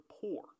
poor